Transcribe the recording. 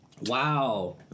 Wow